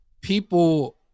people